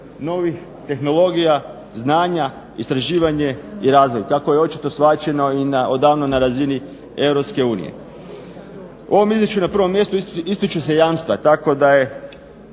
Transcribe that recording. novih tehnologija, znanja, istraživanje i razvoj kako je očito shvaćeno i odavno na razini Europske unije. U ovom izvješću na prvom mjestu ističu se jamstva tako da je